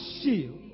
shield